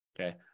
Okay